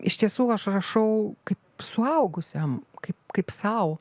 iš tiesų aš rašau kaip suaugusiam kaip kaip sau